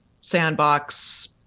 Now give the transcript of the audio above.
sandbox